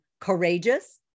courageous